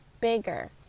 bigger